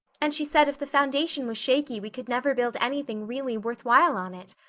and she said if the foundation was shaky we could never build anything really worth while on it.